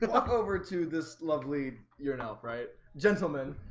but up over to this lovely you're an elf right gentleman.